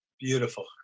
beautiful